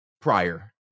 prior